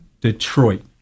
Detroit